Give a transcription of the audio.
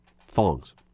thongs